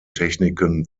techniken